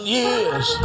years